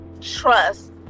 trust